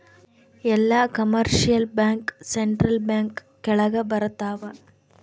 ಎಲ್ಲ commercial bank central bank ಕೆಳಗ ಬರತಾವ